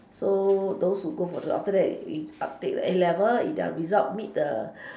so those who go for the after that they take A-level if their results meet the